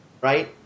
right